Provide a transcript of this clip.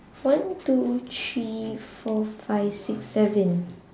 one two three four five six seven